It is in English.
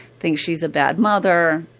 thinks she's a bad mother.